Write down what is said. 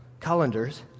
colanders